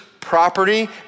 property